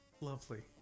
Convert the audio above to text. lovely